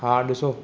हा ॾिसो